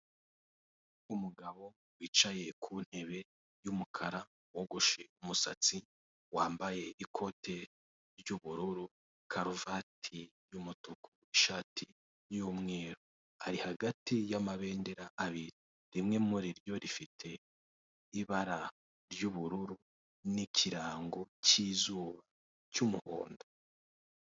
Umugabo wicaye ku ntebe y'umukara wogoshe umusatsi wambaye ikote ry'ubururu karuvati y'umutuku ishati y'umweru ari hagati y'amabendera abiri, rimwe muri ryo rifite ibara ry'ubururu n'ikirango k'izuba cy'umuhondo.